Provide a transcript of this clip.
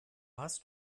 hast